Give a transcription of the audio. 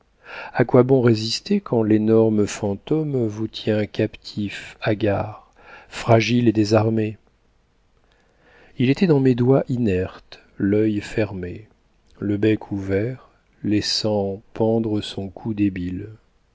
à quoi bon résister quand l'énorme fantôme vous tient captif hagard fragile et désarmé il était dans mes doigts inerte l'œil fermé le bec ouvert laissant pendre son cou débile